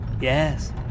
Yes